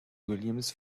williams